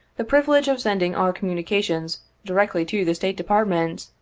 the privilege of sending our com munications directly to the state department,